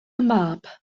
mab